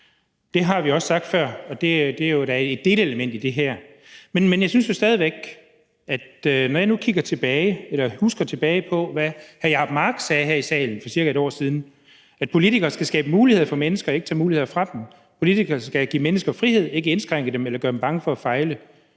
Det har vi også sagt før, og det er da et delelement i det her. Men nu husker jeg tilbage på, hvad hr. Jacob Mark sagde her i salen for cirka et år siden, nemlig at politikere skal skabe muligheder for mennesker og ikke tage muligheder fra dem; politikere skal give mennesker frihed og ikke indskrænke den eller gøre dem bange for at fejle;